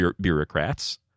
bureaucrats